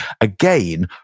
Again